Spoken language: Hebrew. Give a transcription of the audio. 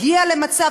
הגיע למצב,